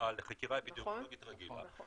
חקירה אפידמיולוגית רגילה -- נכון, נכון.